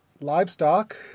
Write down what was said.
livestock